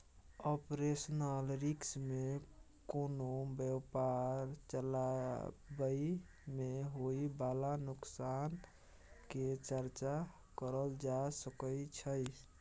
operational risk में कोनो व्यापार चलाबइ में होइ बाला नोकसान के चर्चा करल जा सकइ छइ